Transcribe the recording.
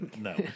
No